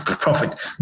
profit